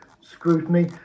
scrutiny